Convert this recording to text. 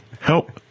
Help